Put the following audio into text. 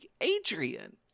Adrian